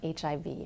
HIV